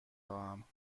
خواهم